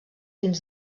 dins